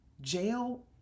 Jail